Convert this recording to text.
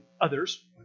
others